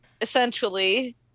essentially